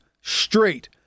straight